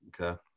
Okay